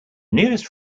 nearest